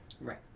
Right